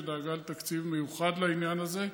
שדאגה לתקציב מיוחד לעניין זה.